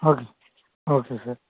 okay okay sir